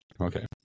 okay